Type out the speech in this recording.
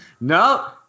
No